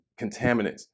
contaminants